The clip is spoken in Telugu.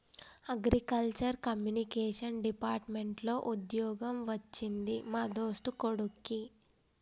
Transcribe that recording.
అగ్రికల్చర్ కమ్యూనికేషన్ డిపార్ట్మెంట్ లో వుద్యోగం వచ్చింది మా దోస్తు కొడిక్కి